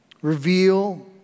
Reveal